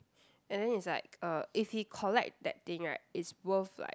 and then it's like uh if he collect that thing right it's worth like